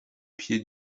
pied